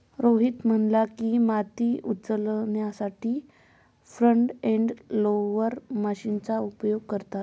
रोहित म्हणाला की, माती उचलण्यासाठी फ्रंट एंड लोडर मशीनचा उपयोग करतात